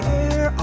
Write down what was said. air